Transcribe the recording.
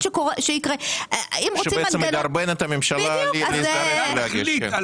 שבעצם מדרבן את הממשלה לזרז ולהגיש.